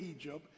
Egypt